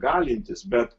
galintis bet